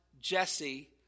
Jesse